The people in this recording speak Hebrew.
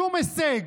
שום הישג,